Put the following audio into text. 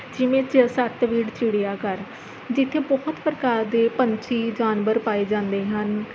ਜਿਵੇਂ ਚਿ ਛੱਤਬੀੜ੍ਹ ਚਿੜੀਆ ਘਰ ਜਿੱਥੇ ਬਹੁਤ ਪ੍ਰਕਾਰ ਦੇ ਪੰਛੀ ਜਾਨਵਰ ਪਾਏ ਜਾਂਦੇ ਹਨ